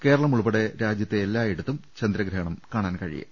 കേരളം ഉൾപെടെ രാജ്യത്ത് എല്ലായിടത്തും ചന്ദ്രഗ്രഹണം കാണാൻ കഴിയും